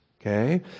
Okay